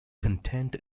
content